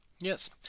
Yes